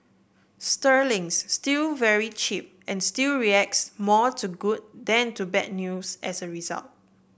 sterling's still very cheap and still reacts more to good than to bad news as a result